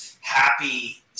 happy –